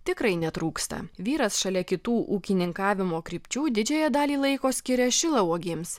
tikrai netrūksta vyras šalia kitų ūkininkavimo krypčių didžiąją dalį laiko skiria šilauogėms